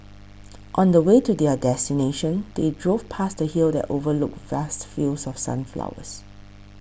on the way to their destination they drove past a hill that overlooked vast fields of sunflowers